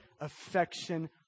affection